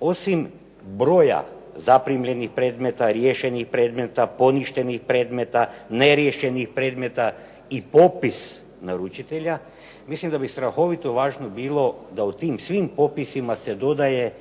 osim broja zaprimljenih predmeta, riješenih predmeta, poništenih predmeta, neriješenih predmeta i popis naručitelja, mislim da bi strahovito važno bilo da u tim svim popisima se dodaje